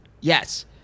Yes